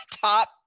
top